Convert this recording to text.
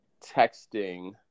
texting